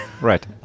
Right